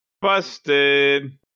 busted